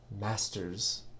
masters